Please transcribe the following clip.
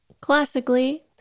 classically